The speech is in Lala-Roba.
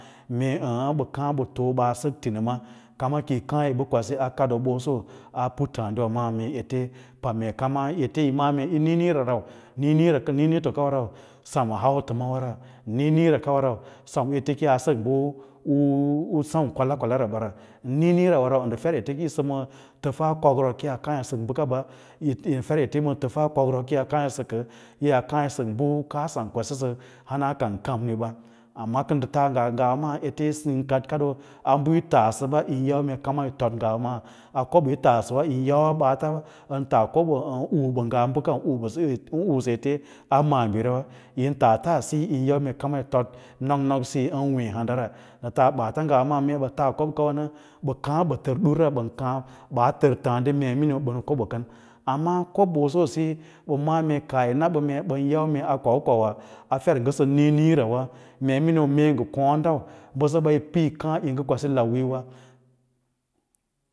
Mee aâ ââ kama kaɓa kaa ba too ba sak thinma kam kiyi ba kwabi a kadooboso a puttadiwa maa mee ete pam mee kama ete mala mee yi niniira rau, miiniito kawa rau semu hauram wara, niiniirara rau sem u ete kiyas sak ba sem kwala kwala ra bara niiniiwa rau nda ter ete ki yaa mi təfas kokrok kiyas yisak bakaba, nda fer ete yisa matafa kokrok kiyaa kaa yi sak ka yen kaa yi sak ba kaasa kwasisə hana kan kaami ba amma ka nda taa ngwa ma ete yi sa yi kaɗddadora a bə yi taase ba yim yau mee kam yi tod ngwa maa a kobo yi taasawa baatan a kobo bə vim uu se ete ete maabiriwa tin taa taa siyo kam yi tod nok nok siyo an wee handara ka taa baata ngwa mee ba taa kob kawa na bə kaa ba tar durra ɓan kaa baa tar taadi mee miniu ban ko bə karga sal amma kobo beso siyo ba ma’a mee kaah yi na ba mee bən yau mee a kwau kwauwa a fer ngasa niiniirawa mee mmiu mee nga koon dan bəsəɓa po kaâ yi nga kwais lau wii yowa